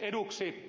eduksi